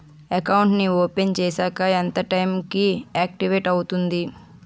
Account నీ open చేశాక ఎంత టైం కి ఆక్టివేట్ అవుతుంది?